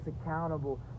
accountable